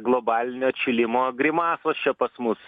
globalinio atšilimo grimasos čia pas mus